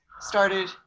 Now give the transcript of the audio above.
started